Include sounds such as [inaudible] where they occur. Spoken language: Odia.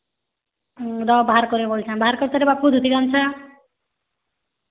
ହଁ ରହ ବାହାର୍ କରେଁ [unintelligible] ବାହାର୍ କର୍ରେ ବାବୁ ଧୁତି ଗାମୁଛା